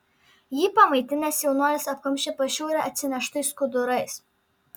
jį pamaitinęs jaunuolis apkamšė pašiūrę atsineštais skudurais